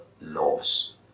laws